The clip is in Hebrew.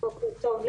בוקר טוב.